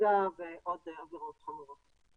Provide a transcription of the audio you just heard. הריגה ועבירות חמורות כגון זה.